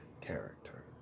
character